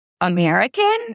American